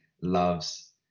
loves